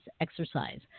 exercise